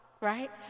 right